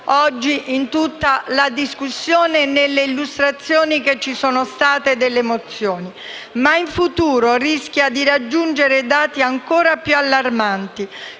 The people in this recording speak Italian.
oggi in tutta la discussione e nelle illustrazioni delle mozioni. In futuro si rischia di raggiungere dati ancora più allarmanti,